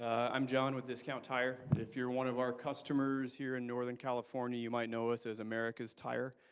i'm john with discount tire. if you're one of our customers here in northern california, you might know us as america's tire.